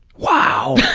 wow!